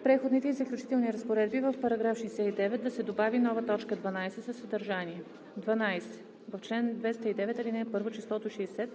„В Преходните и заключителните разпоредби, в § 69 да се добави нова т. 12 със съдържание: „12. В чл. 209, ал. 1 числото „60“